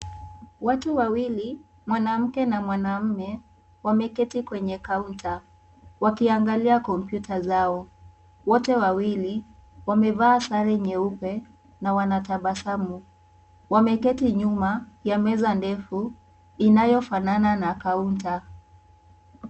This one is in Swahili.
Watu wawili mwanamke na mwanaume wameketi kwenye kaunta, wakiangalia kompyuta zao wote wawili wamevaa sare nyeupe na wanatabasamu wameketi nyuma ya meza ndefu inayofanana na kaunta.